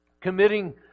committing